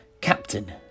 Captain